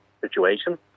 situation